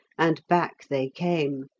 and back they came.